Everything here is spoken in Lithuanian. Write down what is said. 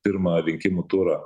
pirmą rinkimų turą